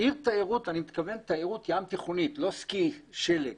- אני מתכוון תיירות ים תיכונית, לא סקי בשלג